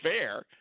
fair